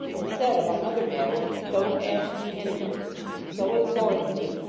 it said among other matters don't ask me anything so imploringly,